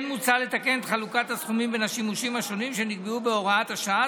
כן מוצע לתקן את חלוקת הסכומים בין השימושים השונים שנקבעו בהוראת השעה,